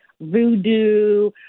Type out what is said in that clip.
voodoo